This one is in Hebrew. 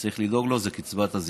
וצריך לדאוג לו, הוא בקצבת הזקנה.